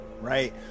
Right